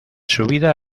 subida